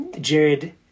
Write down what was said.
Jared